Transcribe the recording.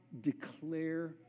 declare